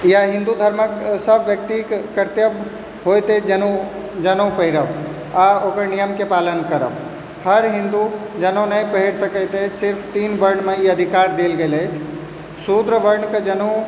या हिन्दू धर्मक सभ व्यक्तिके कर्तव्य होइत अछि जनेऊ जनेऊ पहिरब आओर ओकर नियमके पालन करब हर हिन्दू जनेऊ नहि पहिर सकैत अछि से सिर्फ तीन वर्णमे ई अधिकार देल गेल अछि शूद्र वर्णके जनेऊ